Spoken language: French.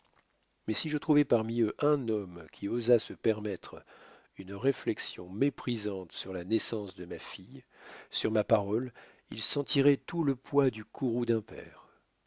mais si je trouvais parmi eux un homme qui osât se permettre une réflexion méprisante sur la naissance de ma fille sur ma parole il sentirait tout le poids du courroux d'un père